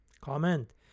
Comment